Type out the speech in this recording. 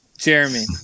Jeremy